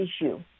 issue